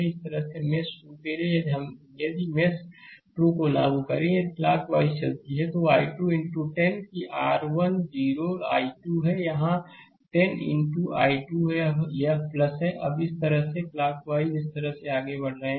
इसी तरह मेश 2 के लिए यदि मेश 2 को लागू करें यदि क्लॉकवाइज चलती हैं तो I2 इनटू 10 कि R1 0 इनटू I2 है यहाँ 10 इनटू I2 है यहाँ है अब इस तरह से क्लॉकवाइज इस तरह से आगे बढ़ रहे हैं